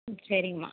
ம் சரிம்மா